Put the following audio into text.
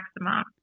maximum